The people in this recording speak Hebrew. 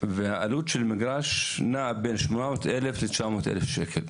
והעלות של מגרש נעה בין 800,000-900,000 שקלים,